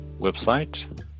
website